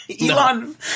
Elon